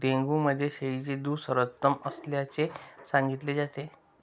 dengue मध्ये शेळीचे दूध सर्वोत्तम असल्याचे सांगितले जाते